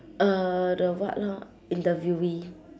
uh the what lor interviewee